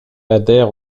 adhère